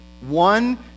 one